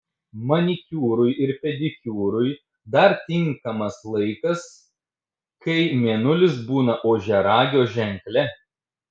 manikiūrui ir pedikiūrui dar tinkamas laikas kai mėnulis būna ožiaragio ženkle